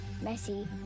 Messy